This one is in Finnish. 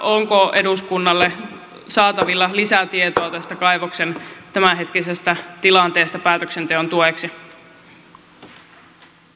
onko eduskunnalle saatavilla lisätietoa tästä kaivoksen tämänhetkisestä tilanteesta päätöksenteon tueksi